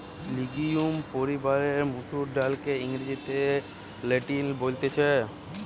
legume পরিবারের মসুর ডালকে ইংরেজিতে লেন্টিল বলতিছে